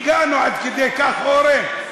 הגענו עד כדי כך, אורן?